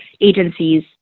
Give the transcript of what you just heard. agencies